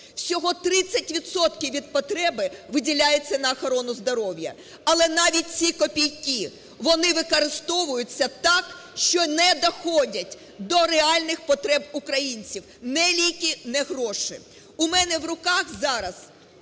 відсотків від потреби виділяється на охорону здоров'я, але навіть ці копійки, вони використовуються так, що не доходять до реальних потреб українців ні ліки, ні гроші. У мене в руках зараз